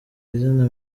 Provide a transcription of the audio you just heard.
izina